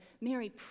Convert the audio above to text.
Mary